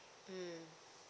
mmhmm